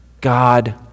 God